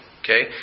okay